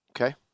Okay